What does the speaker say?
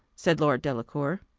said lord delacour.